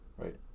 Right